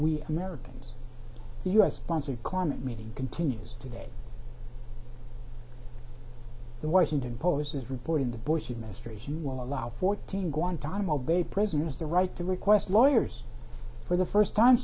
we americans the u s sponsored climate meeting continues today the washington post is reporting the bush administration will allow fourteen guantanamo bay prisoners the right to request lawyers for the first time